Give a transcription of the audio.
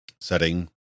setting